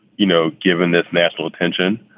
you know, given this national attention,